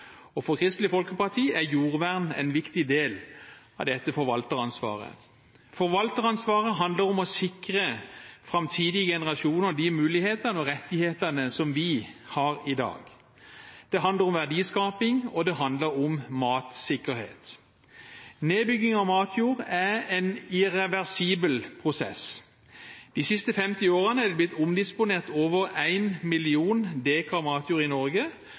og for Kristelig Folkeparti er jordvern en viktig del av dette forvalteransvaret. Forvalteransvaret handler om å sikre framtidige generasjoner de mulighetene og rettighetene som vi har i dag. Det handler om verdiskaping, og det handler om matsikkerhet. Nedbygging av matjord er en irreversibel prosess. De siste 50 årene er det blitt omdisponert over 1 million dekar matjord i Norge,